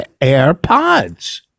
airpods